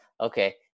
Okay